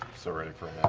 so ready for